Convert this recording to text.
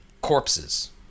corpses